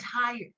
tired